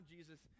Jesus